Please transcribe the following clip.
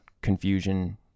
Confusion